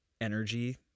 energy